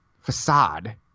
facade